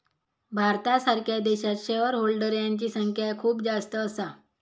भारतासारख्या देशात shareholder यांची संख्या खूप जास्त असा